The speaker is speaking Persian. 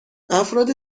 افراد